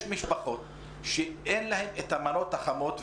יש משפחות שאין להן את המנות החמות,